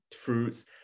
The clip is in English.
fruits